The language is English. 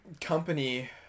company